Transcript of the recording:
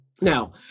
Now